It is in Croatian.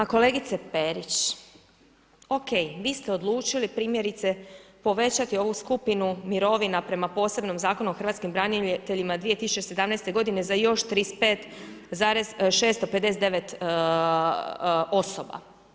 Pa kolegice Perić, ok, vi ste odlučili primjerice povećati ovu skupinu mirovina prema posebnom Zakonu o hrvatskim braniteljima 217. godine za još 35,659 osoba.